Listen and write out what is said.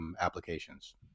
applications